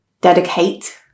dedicate